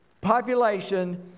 population